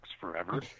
forever